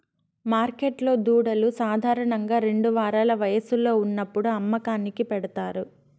మార్కెట్లో దూడలు సాధారణంగా రెండు వారాల వయస్సులో ఉన్నప్పుడు అమ్మకానికి పెడతారు